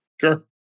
Sure